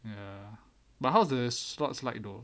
ya but how's the slots like though